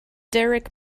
derek